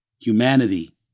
Humanity